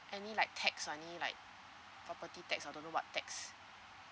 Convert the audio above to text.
any like tax money like property tax I don't know what tax